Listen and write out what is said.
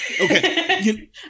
Okay